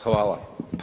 Hvala.